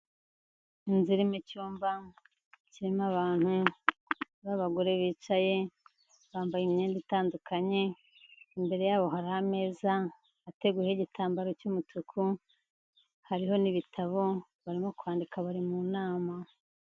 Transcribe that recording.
Inzu irimo icyumba kirimo abantu b'abagore bicaye bambaye imyenda itandukanye, imbere y'abo hari ameza ateguyeho igitambaro cy'umutuku hariho n'ibitabo, barimo kwandika bari mu nama.